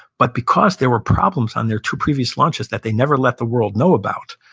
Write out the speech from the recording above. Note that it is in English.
but because there were problems on their two previous launches that they never let the world know about,